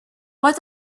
what